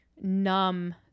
numb